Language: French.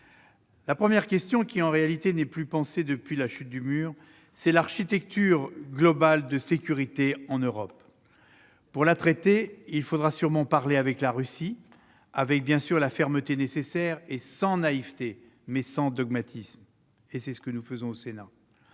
La première question, qui, en réalité, n'est plus pensée depuis la chute du mur de Berlin, est celle de l'architecture globale de sécurité en Europe. Pour la traiter, il faudra parler avec la Russie, avec bien sûr la fermeté nécessaire et sans naïveté, mais sans dogmatisme, comme nous le faisons au Sénat.